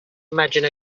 imagine